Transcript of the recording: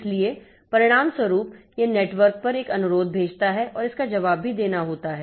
इसलिए परिणामस्वरूप यह नेटवर्क पर एक अनुरोध भेजता है और इसका जवाब भी देना होता है